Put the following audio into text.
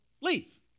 leave